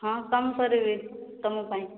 ହଁ କମ କରିବି ତୁମ ପାଇଁ